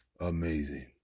amazing